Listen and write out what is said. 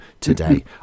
today